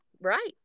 Right